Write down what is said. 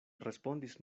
respondis